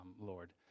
Lord